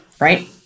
Right